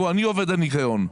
אני עובד הניקיון.